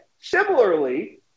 similarly